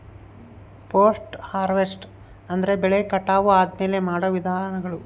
post harvest ಅಂದ್ರೆ ಬೆಳೆ ಕಟಾವು ಆದ್ಮೇಲೆ ಮಾಡೋ ವಿಧಾನಗಳು